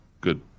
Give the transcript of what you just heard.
good